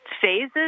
phases